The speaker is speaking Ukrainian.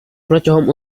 протягом